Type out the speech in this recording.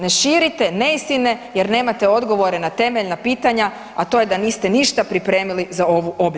Ne širite neistine jer nemate odgovore na temeljna pitanja, a to je da niste ništa pripremili za ovu obljetnicu.